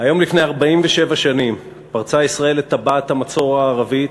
היום לפני 47 שנים פרצה ישראל את טבעת המצור הערבית,